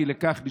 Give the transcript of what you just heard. כי לכך נשלחנו.